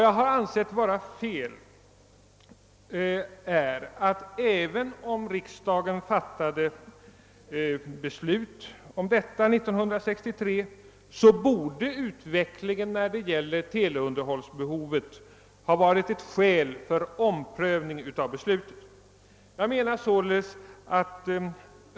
Jag har ansett det vara fel att, även om riksdagen fattade beslut i frågan 1963, utvecklingen när det gäller teleunderhållsbehovet borde ha varit ett skäl för omprövning av beslutet.